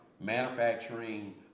manufacturing